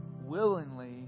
willingly